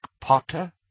Potter